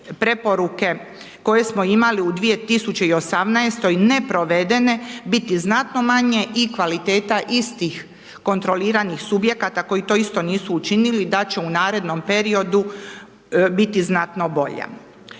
preporuke koje smo imali u 2018. neprovedene biti znatno manje i kvaliteta istih kontroliranih subjekata koji to isto nisu učinili da će u narednom periodu biti znatno bolja.